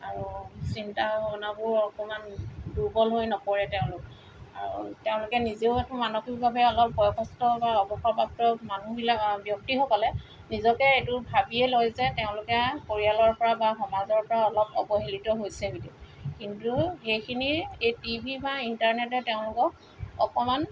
আৰু চিন্তা ভাৱনাবোৰ অকণমান দূৰ্বল হৈ নপৰে তেওঁলোক আৰু তেওঁলোকে নিজেও একো মানসিকভাৱে অলপ বয়সস্থ বা অৱসৰপ্ৰাপ্ত মানুহবিলাক ব্যক্তিসকলে নিজকে এইটো ভাবিয়ে লয় যে তেওঁলোকে পৰিয়ালৰপৰা বা সমাজৰ পৰা অলপ অৱহেলিত হৈছে বুলি কিন্তু সেইখিনি এই টিভি বা ইণ্টাৰনেটে তেওঁলোকক অকণমান